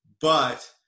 but-